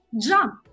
Jump